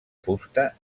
fusta